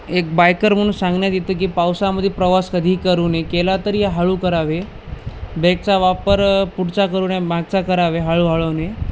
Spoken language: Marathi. एक बायकर म्हणून सांगण्यात येतं की पावसामध्ये प्रवास कधीही करू नये केला तरी हळू करावे ब्रेकचा वापर पुढचा करू नये मागचा करावे हळूहळूने